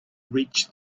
reach